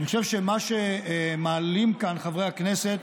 אני חושב שמה שמעלים כאן חבריי הכנסת,